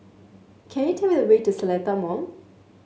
can you tell me the way to Seletar Mall